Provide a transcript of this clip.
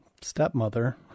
stepmother